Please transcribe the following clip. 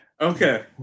okay